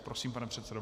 Prosím, pane předsedo.